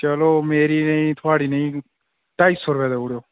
चलो मेरी नेईं थुआढ़ी नेईं ढाई सौ रपेआ देई ओड़ो